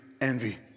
envy